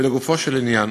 לגופו של עניין,